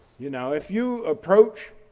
you know, if you approach